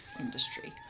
industry